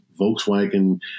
Volkswagen